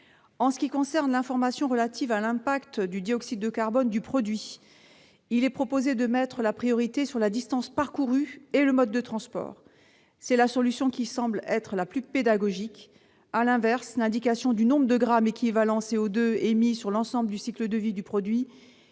En ce qui concerne l'information relative à l'impact du dioxyde de carbone du produit, il est proposé de mettre la priorité sur la distance parcourue et le mode de transport. C'est la solution qui semble la plus pédagogique. À l'inverse, l'indication du nombre de grammes d'équivalent CO2 émis sur l'ensemble du cycle de vie du produit est